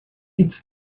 it’s